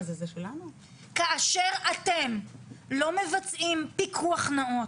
כאשר אתם לא מבצעים פיקוח נאות,